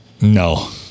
No